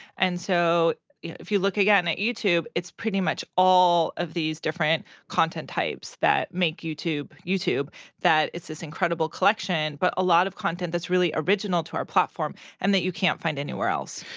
and so if you look again and at youtube, it's pretty much all of these different content types that make youtube youtube that it's this incredible collection. but a lot of content that's really original to our platform and that you can't find anywhere else.